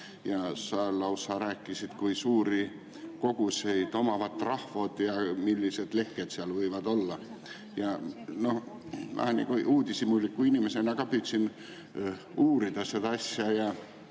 Sa lausa rääkisid, kui suuri koguseid omavad rahvad ja millised lekked seal võivad olla. Mina uudishimuliku inimesena ka püüdsin uurida seda asja.